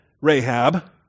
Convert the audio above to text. Rahab